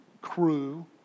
crew